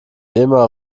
immer